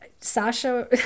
Sasha